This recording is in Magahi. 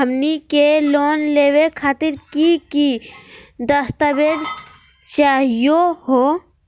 हमनी के लोन लेवे खातीर की की दस्तावेज चाहीयो हो?